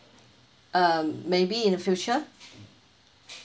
uh maybe in future